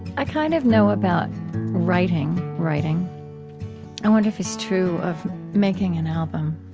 i kind of know about writing writing i wonder if it's true of making an album.